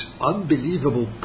unbelievable